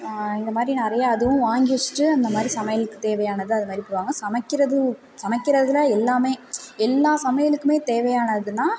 இந்த மாதிரி நிறையா அதுவும் வாங்கி வச்சுட்டு இந்த மாதிரி சமையலுக்கு தேவையான அதுமேரி போடுவாங்க சமைக்கிறது சமைக்கிறதில் எல்லாமே எல்லா சமையலுக்குமே தேவையானதுன்னா